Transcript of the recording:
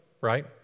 right